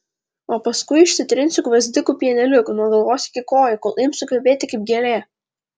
o paskui išsitrinsiu gvazdikų pieneliu nuo galvos iki kojų kol imsiu kvepėti kaip gėlė